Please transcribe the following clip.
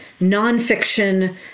nonfiction